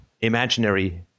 imaginary